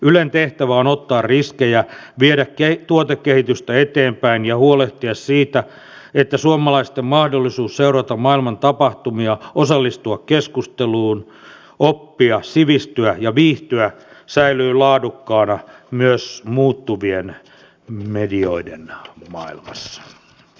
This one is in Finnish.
ylen tehtävä on ottaa riskejä viedä tuotekehitystä eteenpäin ja huolehtia siitä että suomalaisten mahdollisuus seurata maailman tapahtumia osallistua keskusteluun oppia sivistyä ja viihtyä säilyy laadukkaana myös muuttuvien medioiden maailmassa